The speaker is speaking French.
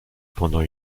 pendant